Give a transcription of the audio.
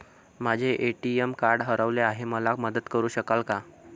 माझे ATM card हरवले आहे, मला मदत करु शकाल का?